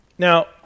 Now